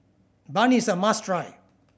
bun is a must try